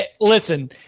listen